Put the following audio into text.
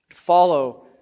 Follow